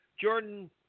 Jordan